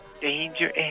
Danger